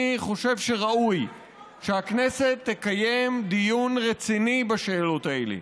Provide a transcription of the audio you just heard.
אני חושב שראוי שהכנסת תקיים דיון רציני בשאלות האלה,